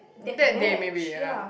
that day maybe ya